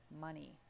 money